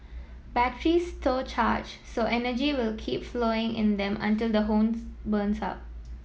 batteries store charge so energy will keep flowing in them until the whole burns up